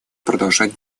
продолжать